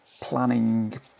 planning